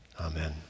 Amen